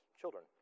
children